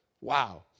Wow